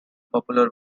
popular